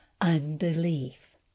unbelief